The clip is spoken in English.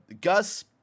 Gus